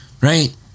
right